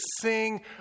sing